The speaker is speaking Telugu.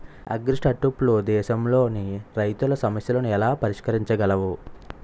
అగ్రిస్టార్టప్లు దేశంలోని రైతుల సమస్యలను ఎలా పరిష్కరించగలవు?